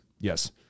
yes